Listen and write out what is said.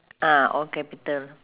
ah all capital